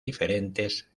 diferentes